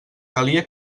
calia